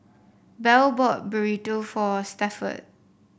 Bell bought Burrito for Stafford